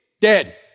Dead